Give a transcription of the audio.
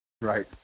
Right